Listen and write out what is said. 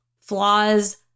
Flaws